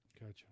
Gotcha